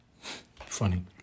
Funny